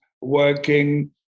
working